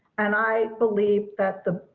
and i believe that the